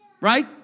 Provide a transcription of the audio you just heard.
Right